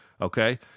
okay